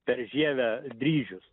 per žievę dryžius